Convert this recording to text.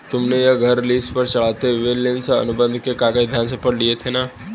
तुमने यह घर लीस पर चढ़ाते हुए लीस अनुबंध के कागज ध्यान से पढ़ लिए थे ना?